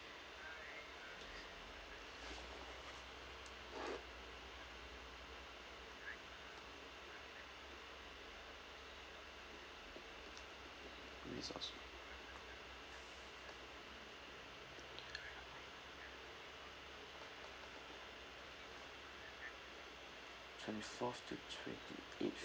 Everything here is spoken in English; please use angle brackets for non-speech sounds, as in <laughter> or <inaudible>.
<noise> twenty fourth to twenty eight